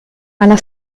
alla